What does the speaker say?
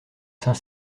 saint